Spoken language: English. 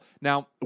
Now